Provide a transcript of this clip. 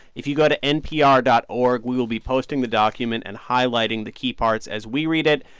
if you go to npr dot org, we will be posting the document and highlighting the key parts as we read it.